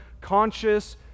conscious